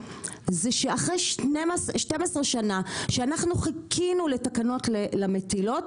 הוא שאחרי 12 שנים שבהן חיכינו לתקנות למטילות,